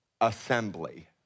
assembly